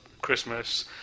christmas